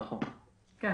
נכון, כן.